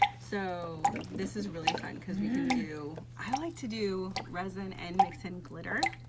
so this is really fun because we do, i like to do resin and mix in glitter.